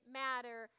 matter